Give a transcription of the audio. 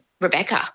Rebecca